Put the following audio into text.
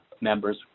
members